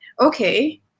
okay